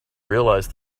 realise